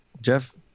Jeff